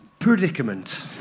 Predicament